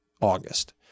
August